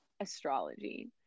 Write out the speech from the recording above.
astrology